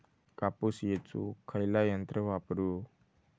कापूस येचुक खयला यंत्र वापरू?